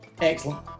Excellent